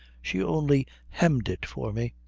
she only hemmed it for me.